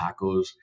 tacos